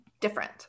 different